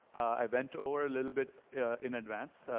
i bent over a little bit in advance.